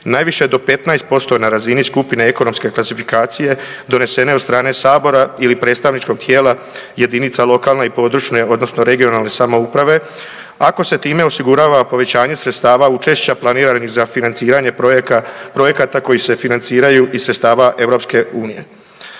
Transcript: najviše do 15% na razini skupine ekonomske klasifikacije donesene od strane Sabora ili predstavničkog tijela jedinica lokalne i područne (regionalne) samouprave, ako se time osigurava povećanje sredstava učešća planiranih za financiranje projekata koji se financiraju iz sredstava EU.